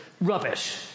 Rubbish